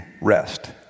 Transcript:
rest